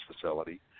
facility